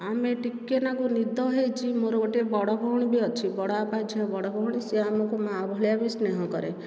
ଆମେ ଟିକେ ନାକୁ ନିଦ ହେଇଛି ମୋର ଗୋଟେ ବଡ଼ ଭଉଣୀ ଭି ଅଛି ବଡ଼ ବାପା ଝିଅ ବଡ଼ଭଉଣୀ ସେ ଆମକୁ ମାଆ ଭଳିଆ ବି ସ୍ନେହ କରେ